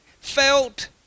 felt